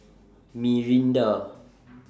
Mirinda